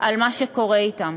על מה שקורה אתם,